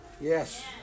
Yes